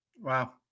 Wow